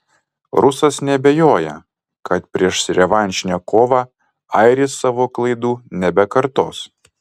rusas neabejoja kad prieš revanšinę kovą airis savo klaidų nebekartos